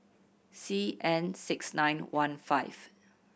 C N six nine one five